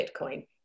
Bitcoin